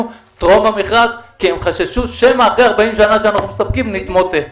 טרום המכרז כי הם חששו שמא אחרי 40 שנים שאנחנו מספקים נתמוטט.